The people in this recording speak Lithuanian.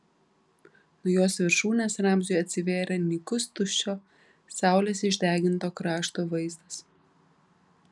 nuo jos viršūnės ramziui atsivėrė nykus tuščio saulės išdeginto krašto vaizdas